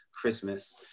Christmas